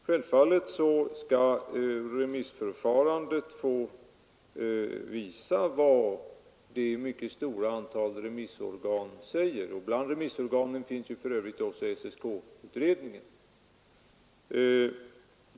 Självfallet skall remissförfarandet få visa vad det mycket stora antalet remissorgan anser. Bland remissorganen finns för övrigt också SSK-utredningen.